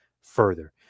further